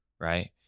Right